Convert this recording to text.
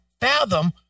fathom